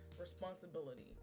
responsibility